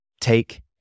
take